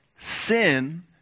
Sin